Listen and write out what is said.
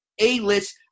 A-list